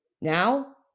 Now